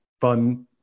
fun